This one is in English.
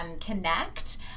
connect